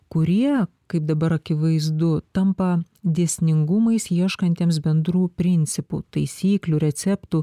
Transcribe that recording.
kurie kaip dabar akivaizdu tampa dėsningumais ieškantiems bendrų principų taisyklių receptų